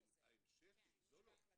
לא בחוזר.